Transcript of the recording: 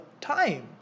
time